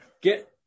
get